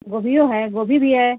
गोभियो है गोभी भी है